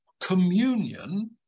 communion